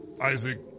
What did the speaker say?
Isaac